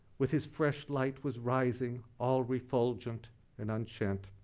with his fresh light was rising all refulgent and unshent.